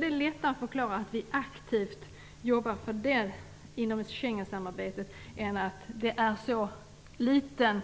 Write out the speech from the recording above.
Det är lättare att förklara att vi aktivt jobbar för det inom Schengensamarbetet än det ligger